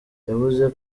yavuze